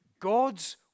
God's